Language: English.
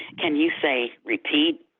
can you say repeat